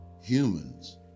humans